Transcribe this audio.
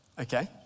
okay